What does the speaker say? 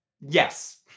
yes